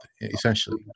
essentially